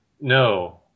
no